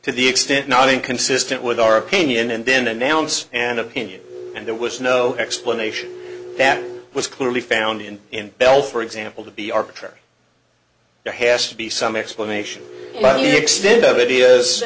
to the extent not inconsistent with our opinion and then announce an opinion and there was no explanation that was clearly found in in l for example to be arbitrary the has to be some explanation